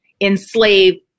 enslave